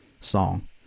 song